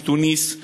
מתוניסיה,